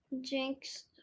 Jinx